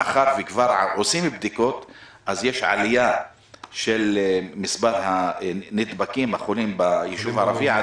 מאחר וכבר עושים בדיקות אז יש עלייה של מספר הנדבקים בישוב הערבי.